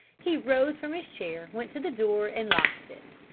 he rose from his chair, went to the door, and locked it.